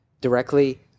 directly